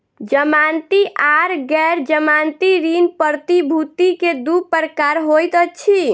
जमानती आर गैर जमानती ऋण प्रतिभूति के दू प्रकार होइत अछि